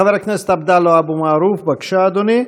חבר הכנסת עבדאללה אבו מערוף, בבקשה אדוני.